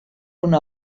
una